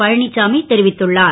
பழ சாமி தெரிவித்துள்ளார்